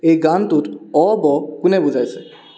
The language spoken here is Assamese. এই গানটোত অ' ব' কোনে বজাইছে